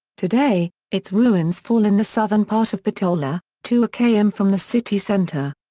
today, its ruins fall in the southern part of bitola, two km from the city center.